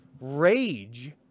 rage